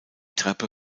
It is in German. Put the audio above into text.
treppe